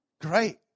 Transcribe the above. Great